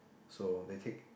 so they take